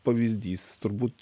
pavyzdys turbūt